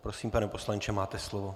Prosím, pane poslanče, máte slovo.